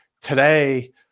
today